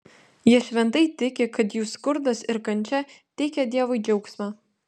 jie šventai tiki kad jų skurdas ir kančia teikia dievui džiaugsmą